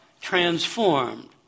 transformed